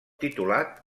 titulat